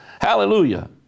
Hallelujah